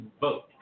vote